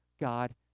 God